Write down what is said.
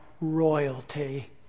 royalty